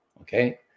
okay